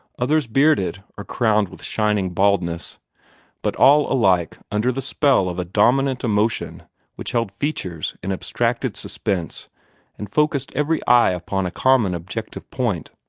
others bearded or crowned with shining baldness but all alike under the spell of a dominant emotion which held features in abstracted suspense and focussed every eye upon a common objective point.